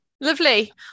lovely